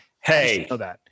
Hey